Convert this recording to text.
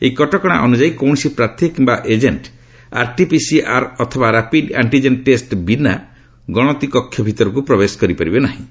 ଏହି କଟକଣା ଅନୁଯାୟୀ କୌଣସି ପ୍ରାର୍ଥୀ କିମ୍ବା ଏଜେଣ୍ଟ୍ ଆର୍ଟିପିସିଆର୍ ଅଥବା ରାପିଡ୍ ଆଣ୍ଟିଜେନ୍ ଟେଷ୍ଟ ବିନା ଗଣତି କକ୍ଷ ଭିତରକୁ ପ୍ରବେଶ କରିପାରିବେ ନାହିଁ